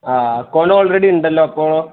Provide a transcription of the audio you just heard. ആ account already ഉണ്ടല്ലോ അപ്പോൾ